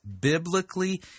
biblically